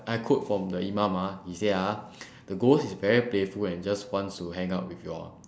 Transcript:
I quote from the imam ah he say ah the ghost is very playful and just wants to hang out with you all